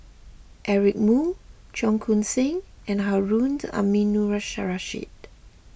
Eric Moo Cheong Koon Seng and Harund Aminurrashid